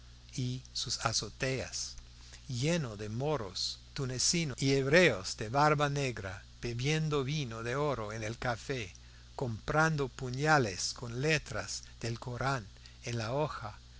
y sus azoteas lleno de moros tunecinos y hebreos de barba negra bebiendo vino de oro en el café comprando puñales con letras del corán en la hoja